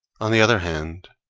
on the other hand,